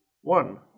one